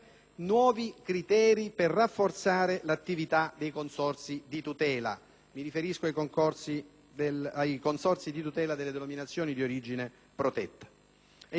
(mi riferisco ai consorzi di tutela delle denominazioni di origine protetta) e l'emendamento 2.301 in materia di imprenditoria agricola giovanile,